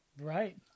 Right